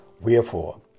Wherefore